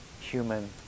human